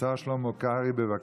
השר שלמה קרעי, בבקשה.